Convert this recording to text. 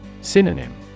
Synonym